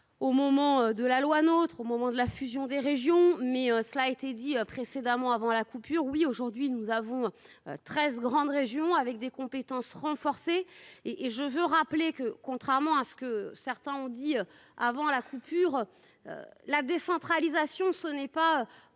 Au moment de la loi notre au moment de la fusion des régions mais cela a été dit précédemment, avant la coupure. Oui, aujourd'hui nous avons 13 grandes régions avec des compétences renforcées et et je veux rappeler que contrairement à ce que certains ont dit avant la coupure. La décentralisation, ce n'est pas